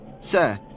Sir